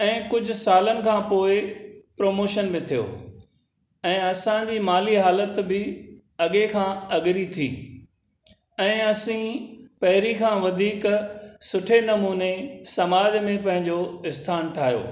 ऐं कुझु सालनि खां पोइ प्रोमोशन में थियो ऐं असांजी माली हालात बि अॻे खां अॻिरी थी ऐं असीं पहिरीं खां वधीक सुठे नमूने समाज में पंहिंजो स्थान ठाहियो